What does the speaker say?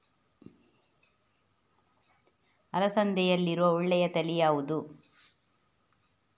ಅಲಸಂದೆಯಲ್ಲಿರುವ ಒಳ್ಳೆಯ ತಳಿ ಯಾವ್ದು?